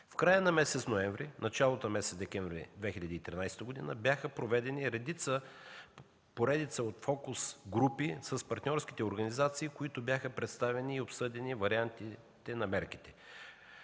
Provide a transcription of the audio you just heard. В края на месец ноември и началото на месец декември 2013 г. бяха проведени поредица от фокус групи с партньорските организации, на които бяха представени и обсъдени вариантите на мерките.